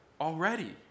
already